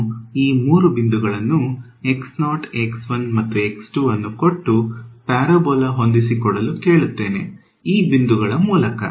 ನಾನು ಈ ಮೂರು ಬಿಂದುಗಳನ್ನು ಮತ್ತು ಆನ್ನು ಕೊಟ್ಟು ಪ್ಯಾರಬೋಲಾ ಹೊಂದಿಸಿ ಕೊಡಲು ಹೇಳುತ್ತೇನೆ ಈ ಬಿಂದುಗಳ ಮೂಲಕ